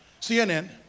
CNN